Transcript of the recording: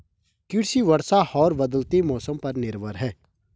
कृषि वर्षा और बदलते मौसम पर निर्भर है